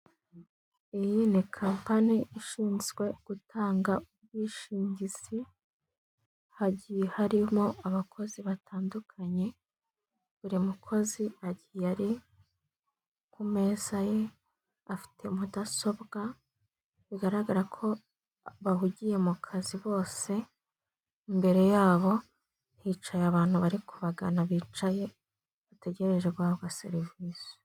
Iyi ni kampani ishinzwe gutanga ubwishingizi hagiye harimo abakozi batandukanye, buri mukozi yari ku meza ye afite mudasobwa bigaragara ko bahugiye mu kazi bose, imbere yabo hicaye abantu bari kugana bicaye bategereje guhabwa serivisi.